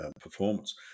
performance